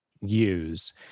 use